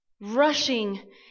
rushing